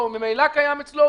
זה ממילא קיים אצלו,